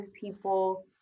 people